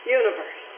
universe